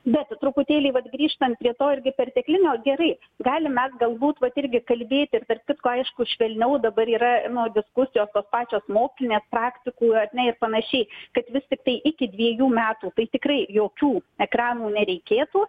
bet truputėlį vat grįžtant prie to irgi perteklinio gerai galim mes galbūt vat irgi kalbėti ir tarp kitko aišku švelniau dabar yra nu diskusijos tos pačio mokslinės praktikų ar ne ir panašiai kad vis tiktai iki dviejų metų tai tikrai jokių ekranų nereikėtų